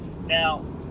now